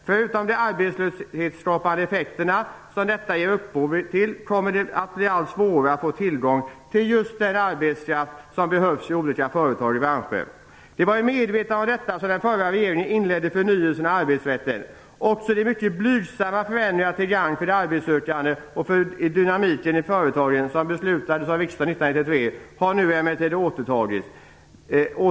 Förutom de arbetslöshetsskapande effekter som detta får kommer det att medföra att det blir allt svårare att få tillgång till den arbetskraft som behövs i olika företag och branscher. Det var i medvetande om detta som den förra regeringen inledde förnyelsen av arbetsrätten. Också de mycket blygsamma förändringar till gagn för de arbetssökande och dynamiken i företagen som beslutades 1993 har emellertid nu återtagits.